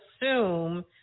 assume